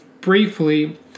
briefly